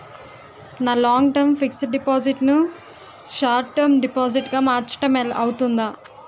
నా long term fixed deposit ను short term deposit గా మార్చటం అవ్తుందా?